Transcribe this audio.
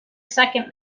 second